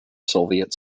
soviet